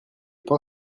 pain